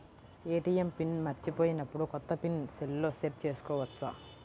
ATM pin మరచిపోయినప్పుడు, కొత్త pin సెల్లో సెట్ చేసుకోవచ్చా?